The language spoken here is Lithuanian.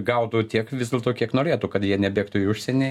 gautų tiek vis dėlto kiek norėtų kad jie nebėgtų į užsienį